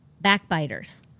backbiters